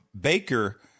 Baker